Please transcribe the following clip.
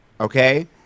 okay